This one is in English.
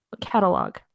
catalog